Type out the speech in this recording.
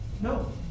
no